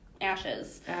ashes